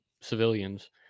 civilians